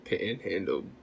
Panhandle